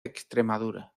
extremadura